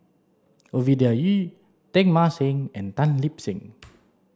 Ovidia Yu Teng Mah Seng and Tan Lip Seng